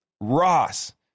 Ross